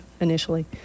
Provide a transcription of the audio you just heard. initially